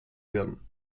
werden